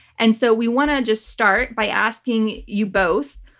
and so we want to just start by asking you both,